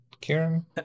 Karen